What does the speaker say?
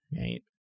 right